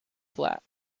flat